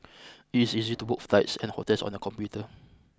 it is easy to book flights and hotels on the computer